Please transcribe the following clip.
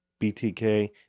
BTK